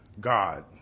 God